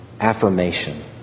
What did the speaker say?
affirmation